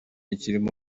ikirimo